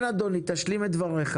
אדוני, בבקשה תשלים את דבריך.